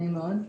נעים מאוד.